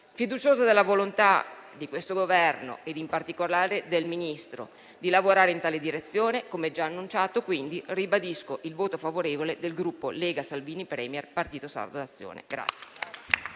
Fiduciosa della volontà di questo Governo e in particolare del Ministro di lavorare in tale direzione, come già annunciato, ribadisco il voto favorevole del Gruppo Lega-Salvini Premier-Partito Sardo d'Azione.